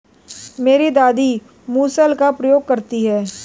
मेरी दादी मूसल का प्रयोग करती हैं